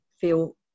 feel